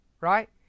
right